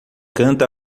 canta